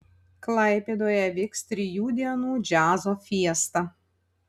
klaipėdoje vyks trijų dienų džiazo fiesta